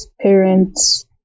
parents